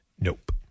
Nope